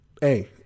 hey